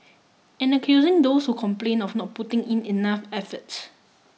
and accusing those who complain of not putting in enough effort